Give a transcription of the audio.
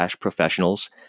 professionals